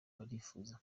barifuza